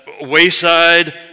wayside